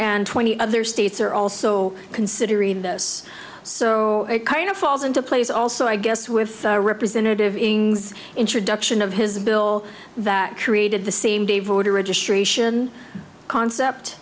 and twenty other states are also considering this so it kind of falls into place also i guess with a representative in the introduction of his bill that created the same day voter registration concept